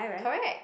correct